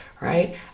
Right